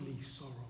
sorrow